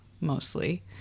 mostly